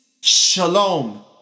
Shalom